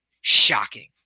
shocking